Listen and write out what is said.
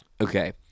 Okay